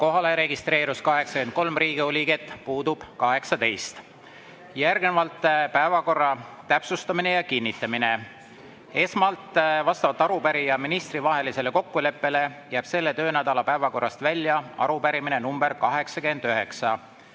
Kohalolijaks registreerus 83 Riigikogu liiget, puudub 18.Järgnevalt päevakorra täpsustamine ja kinnitamine. Esmalt, vastavalt arupärija ja ministri vahelisele kokkuleppele jääb selle töönädala päevakorrast välja arupärimine nr 89,